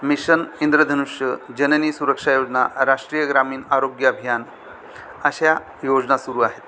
mission Indradhanush जननी सुरक्षा योजना राष्ट्रीय ग्रामीण आरोग्य अभियान अशा योजना सुरू आहेत